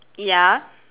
ya